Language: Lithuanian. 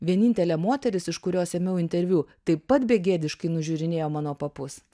vienintelė moteris iš kurios ėmiau interviu taip pat begėdiškai nužiūrinėjo mano papus